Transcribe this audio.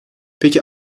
peki